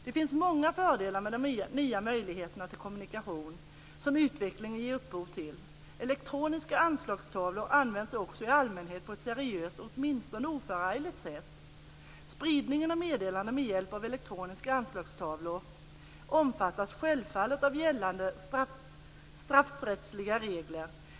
Det finns många fördelar med de nya möjligheter till kommunikation som utvecklingen ger upphov till. Elektroniska anslagstavlor används också i allmänhet på ett seriöst och åtminstone oförargligt sätt. Spridningen av meddelanden med hjälp av elektroniska anslagstavlor omfattas självfallet av gällande straffrättsliga regler.